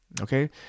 Okay